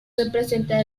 representa